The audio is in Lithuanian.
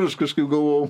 aš kažkaip galvojau